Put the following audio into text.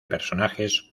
personajes